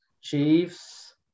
Chiefs